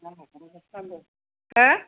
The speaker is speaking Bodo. हो